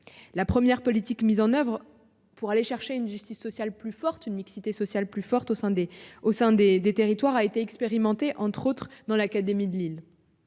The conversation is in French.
La première politique mise en oeuvre pour aller chercher une justice sociale plus forte, une mixité sociale plus forte au sein des au sein des des territoires a été expérimenté entre autres dans l'académie de Lille.